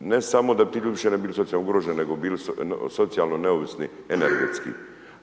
ne samo da ti ljudi ne bi više bili socijalno ugroženi nego bili socijalno neovisni energetski,